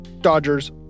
Dodgers